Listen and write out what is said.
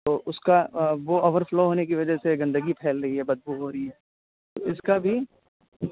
تو اس کا وہ اوور فلو ہونے کی وجہ سے گندگی پھیل رہی ہے بدبو ہو رہی ہے تو اس کا بھی